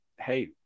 hey